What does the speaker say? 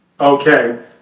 Okay